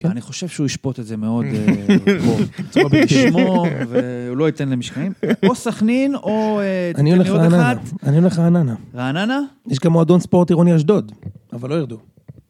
כי אני חושב שהוא ישפוט את זה מאוד קרוב. צריך בזה לשמור, והוא לא ייתן למשחקים. או סכנין, או תמיר עוד אחת. אני הולך לרעננה. לרעננה? יש גם מועדון ספורט עירוני אשדוד, אבל לא ירדו.